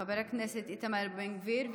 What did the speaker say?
חבר הכנסת איתמר בן גביר,